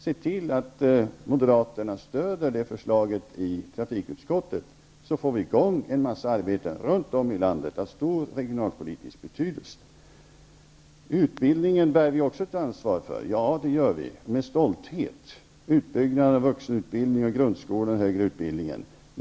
Se till att moderaterna stödjer förslaget i trafikutskottet, för då får vi i gång en mängd arbeten av stor regionalpolitisk betydelse runt om i landet. Utbildningen bär vi också ett ansvar för. Ja, det gör vi med stolthet när det gäller utbyggnaden av vuxenutbildningen, grundskolan och högskoleutbildningen.